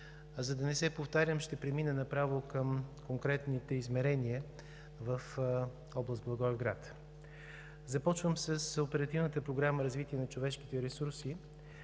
За да не се повтарям, ще премина направо към конкретните измерения в област Благоевград. Започвам с Оперативна програма „Развитие на човешките ресурси“